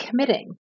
committing